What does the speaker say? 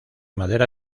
madera